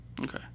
Okay